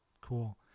Cool